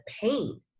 pain